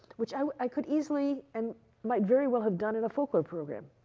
which i could easily, and might very well have done in a folklore program.